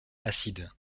acide